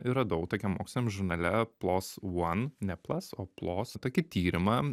ir radau tokiam moksliniame žurnale plos one ne plas o plos tokį tyrimą